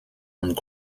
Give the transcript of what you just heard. und